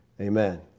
Amen